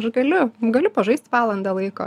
aš galiu galiu pažaist valandą laiko